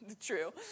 True